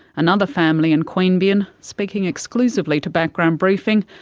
another family in queanbeyan, speaking exclusively to background briefing,